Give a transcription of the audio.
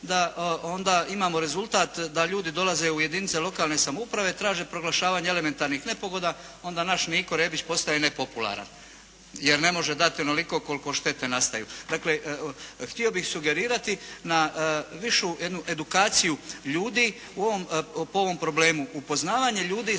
da onda imamo rezultat da ljudi dolaze u jedinice lokalne samouprave traće proglašavanje elementarnih nepogoda, onda naš Niko Rebić postaje nepopularan, jer ne može dati onoliko koliko štete nastaje. Dakle, htio bih sugerirati na višu jednu edukaciju ljudi po ovom problemu. Upoznavanje ljudi